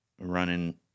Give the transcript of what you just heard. running